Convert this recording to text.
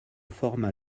forma